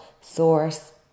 source